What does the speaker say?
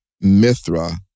Mithra